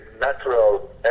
natural